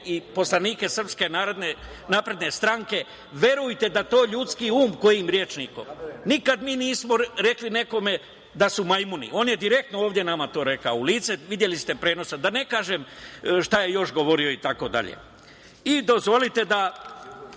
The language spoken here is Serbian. i poslanike SNS, verujte da to ljudski um kojim rečnikom, nikad mi nismo rekli nekome da su majmuni. On je direktno ovde to rekao u lice, videli ste prenos, da ne kažem šta je još govorio i tako dalje. Dozvolite da